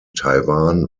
taiwan